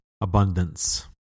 abundance